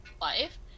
life